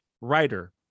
writer